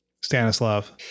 Stanislav